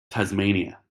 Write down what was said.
tasmania